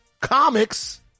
comics